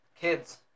kids